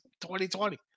2020